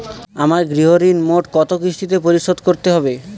আমার গৃহঋণ মোট কত কিস্তিতে পরিশোধ করতে হবে?